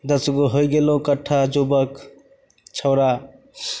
दसगो होइ गेलहुँ एकट्ठा युवक छौँड़ा